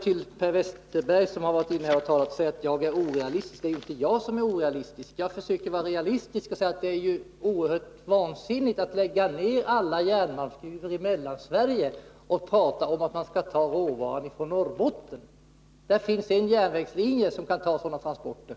Till Per Westerberg, som talat om att jag är orealistisk skulle jag vilja säga att det inte är jag som är orealistisk. Jag försöker vara realistisk och säger att det är vansinnigt att lägga ned alla järnmalmsgruvor i Mellansverige och tala om att råvaran skall tas från Norrbotten. Det finns endast en järnvägslinje som kan ta sådana transporter.